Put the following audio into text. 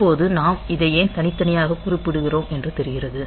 இப்போது நாம் இதை ஏன் தனித்தனியாக குறிப்பிடுகிறோம் என்று தெரிகிறது